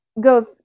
go